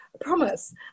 promise